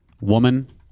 woman